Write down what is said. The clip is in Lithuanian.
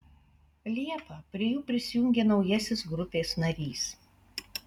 liepą prie jų prisijungė naujasis grupės narys